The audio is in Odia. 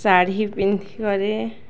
ଶାଢ଼ୀ ପିନ୍ଧି କରି